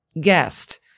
guest